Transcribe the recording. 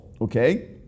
Okay